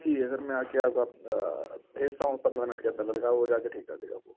ٹھیک ہے سر میں آ کے آپ کو بھیجتا ہوں پندرہ منٹ کے اندر لڑکا وہ جا کے ٹھیک کر دے گا آپ کو